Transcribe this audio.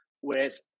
Whereas